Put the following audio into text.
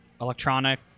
electronic